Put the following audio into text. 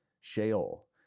Sheol